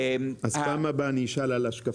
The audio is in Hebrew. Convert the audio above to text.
אז פעם הבאה אני אשאל על השקפים.